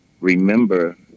remember